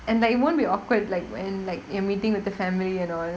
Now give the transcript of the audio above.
and like it won't be awkward like when like you're meeting with the family and all